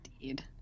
Indeed